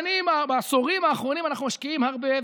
ובעשורים האחרונים אנחנו משקיעים הרבה,